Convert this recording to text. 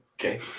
okay